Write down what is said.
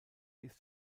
ist